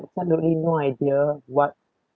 suddenly no idea what